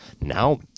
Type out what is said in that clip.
Now